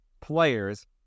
players